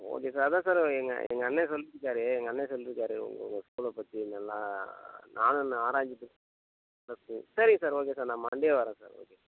okay sir அதான் sir எங்கள் எங்கள் அண்ணே சொல்லியிருக்காரு எங்கள் அண்ணே சொல்லியிருக்காரு உங்கள் ஸ்கூலை பற்றி நல்லா நானும் ஆராஞ்சிட்டு சரிங்க சார் ஓகே சார் நான் மண்டே வரேன் சார் ஓகே சார்